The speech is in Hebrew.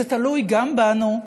זה תלוי גם בנו,